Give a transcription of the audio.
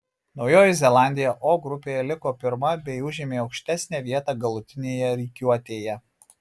naujoji zelandija o grupėje liko pirma bei užėmė aukštesnę vietą galutinėje rikiuotėje